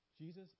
Jesus